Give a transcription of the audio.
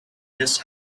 miss